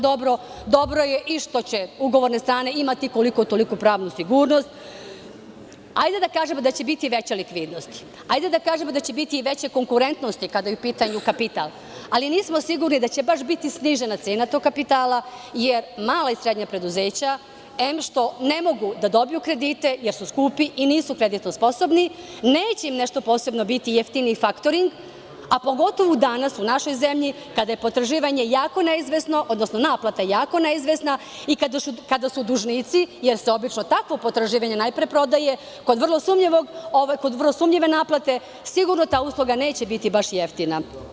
Dobro je što će i ugovorne strane imati koliko-toliko pravnu sigurnost i hajde da kažemo da će biti veće likvidnosti, hajde da kažemo da će biti i veće konkurentnosti kada je u pitanju kapital, ali nismo sigurni da će baš biti snižena cena tog kapitala jer mala i srednja preduzeća em što ne mogu da dobiju kredite jer su skupi i nisu kreditno sposobni, neće im biti nešto posebno jeftiniji faktori, a pogotovo danas u našoj zemlji kada je potraživanje jako neizvesno, odnosno naplata jako neizvesna i kad su dužnici, jer se obično takvo potraživanje najpre prodaje, kod vrlo sumnjive naplate, sigurno ta usluga neće biti baš jeftina.